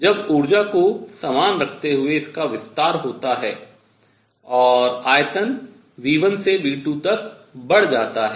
जब ऊर्जा को समान रखते हुए इसका विस्तार होता है और आयतन v1 से v2 तक बढ़ जाता है